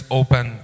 open